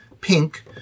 pink